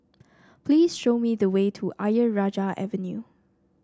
please show me the way to Ayer Rajah Avenue